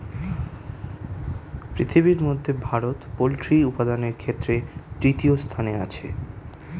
পৃথিবীর মধ্যে ভারত পোল্ট্রি উপাদানের ক্ষেত্রে তৃতীয় স্থানে আছে